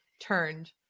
turned